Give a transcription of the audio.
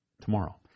tomorrow